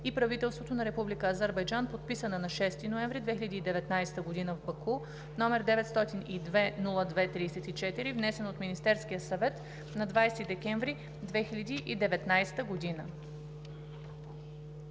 и правителството на Република Азербайджан, подписана на 6 ноември 2019 г. в Баку, № 902-02-34, внесен от Министерския съвет на 20 декември 2019 г.“